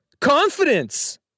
confidence